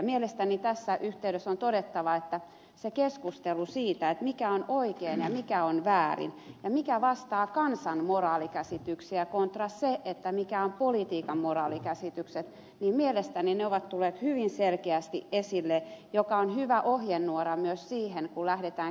mielestäni tässä yhteydessä on todettava että siinä keskustelussa mikä on oikein ja mikä on väärin ja mikä vastaa kansan moraalikäsityksiä contra politiikan moraalikäsitykset nämä asiat ovat tulleet hyvin selkeästi esille mikä on hyvä ohjenuora myös siinä kun lähdetään kehittämään meidän lainsäädäntöä